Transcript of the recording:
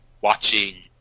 watching